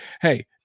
hey